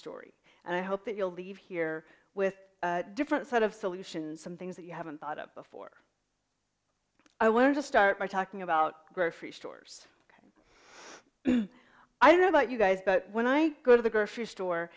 story and i hope that you'll leave here with a different set of solutions some things that you haven't thought of before i want to start by talking about grocery stores i don't know about you guys but when i go to the grocery store